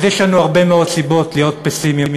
אז יש לנו הרבה מאוד סיבות להיות פסימיים,